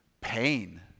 Pain